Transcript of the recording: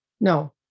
No